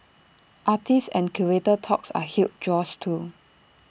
artist and curator talks are huge draws too